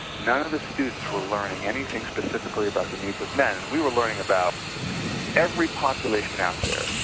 none of the students were learning anything specifically about the needs of men and we were learning about every population out there,